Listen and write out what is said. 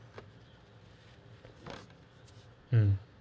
mm